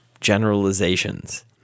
generalizations